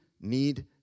need